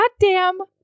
goddamn